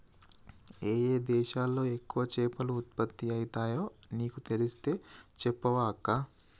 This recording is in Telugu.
ఏయే దేశాలలో ఎక్కువ చేపలు ఉత్పత్తి అయితాయో నీకు తెలిస్తే చెప్పవ అక్కా